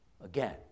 again